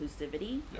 inclusivity